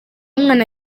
umwana